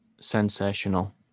sensational